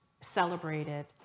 celebrated